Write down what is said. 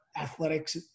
athletics